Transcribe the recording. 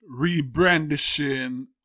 rebrandishing